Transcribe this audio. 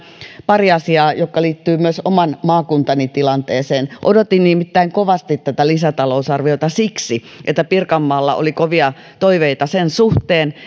pari asiaa jotka liittyvät myös oman maakuntani tilanteeseen odotin nimittäin kovasti tätä lisätalousarviota siksi että pirkanmaalla oli kovia toiveita sen suhteen